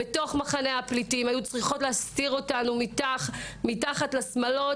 בתוך מחנה הפליטים היו צריכות להסתיר אותנו מתחת לשמלות,